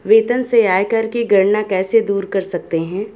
वेतन से आयकर की गणना कैसे दूर कर सकते है?